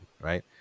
right